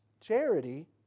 charity